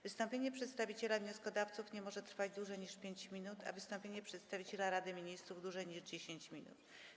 Wystąpienie przedstawiciela wnioskodawców nie może trwać dłużej niż 5 minut, a wystąpienie przedstawiciela Rady Ministrów - dłużej niż 10 minut.